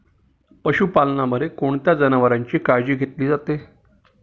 पशुपालनामध्ये कोणत्या जनावरांची काळजी घेतली जाते?